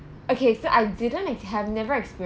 okay so I didn't I have never